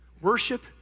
Worship